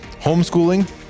homeschooling